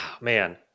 man